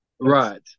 Right